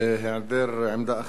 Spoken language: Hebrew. בהיעדר עמדה אחרת,